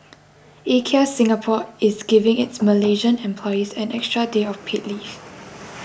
IKEA Singapore is giving its malaysian employees an extra day of paid leave